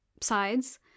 sides